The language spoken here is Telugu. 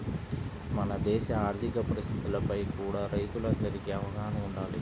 మన దేశ ఆర్ధిక పరిస్థితులపై కూడా రైతులందరికీ అవగాహన వుండాలి